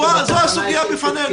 זו הסוגיה עליה אנחנו מדברים.